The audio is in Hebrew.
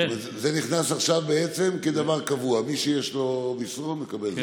זה נכנס עכשיו כדבר קבוע, מי שיש לו מסרון, מקבל?